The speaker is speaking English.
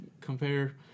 compare